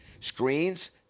screens